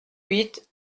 huit